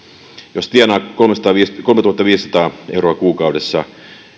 jos tienaa kolmetuhattaviisisataa euroa kuukaudessa